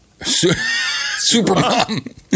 Supermom